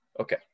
Okay